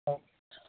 अच्छा